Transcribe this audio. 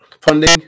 funding